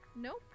nope